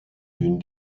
d’une